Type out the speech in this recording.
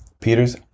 Peter's